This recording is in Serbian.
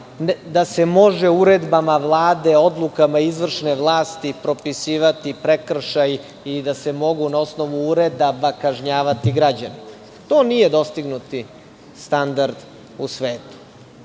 da se može uredbama Vlade, odlukama izvršne vlasti, propisivati prekršaji i da se mogu na osnovu uredaba kažnjavati građani. To nije dostignuti standard u svetu.